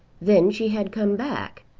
then she had come back,